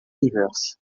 rivers